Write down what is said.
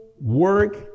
work